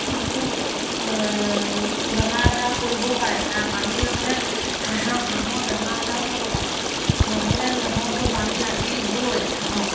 খুব বেমাৰ আজাৰ পৰিবও পাৰে হাঁহ পানী নহ'লে হাঁহৰ হাঁহৰ বেমাৰ আজাৰো হ'ব পাৰে নহ'লে নহ'বই পানী লাগিবই হাঁহক